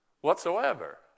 whatsoever